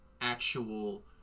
actual